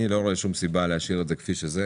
אני לא רואה שום סיבה להשאיר את זה כפי שהוא.